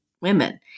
women